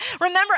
remember